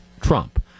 Trump